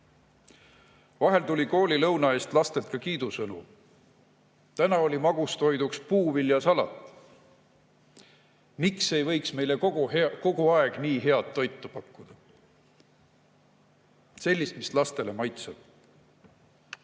Vahel tuli koolilõuna eest lastelt ka kiidusõnu: "Täna oli magustoiduks puuviljasalat." Miks ei võiks meil kogu aeg nii head toitu pakkuda? Sellist, mis lastele maitseb.